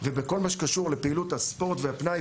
בכל מה שקשור לפעילות הספורט והפנאי,